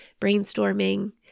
brainstorming